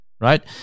right